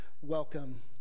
welcome